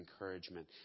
encouragement